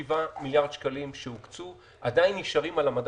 5.7 מיליארד שקלים שהוקצו, עדיין נשארים על המדף.